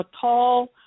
tall